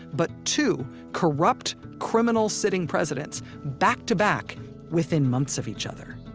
but two corrupt criminal sitting presidents back-to-back within months of each other?